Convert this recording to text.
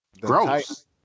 Gross